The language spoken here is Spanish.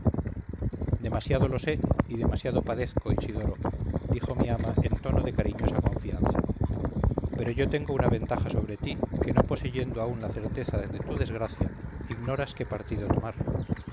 demasiado lo sé y demasiado padezco isidoro dijo mi ama en tono de cariñosa confianza pero yo tengo una ventaja sobre ti que no poseyendo aún la certeza de tu desgracia ignoras qué partido tomar